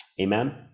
amen